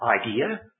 idea